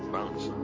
Bounce